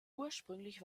ursprünglich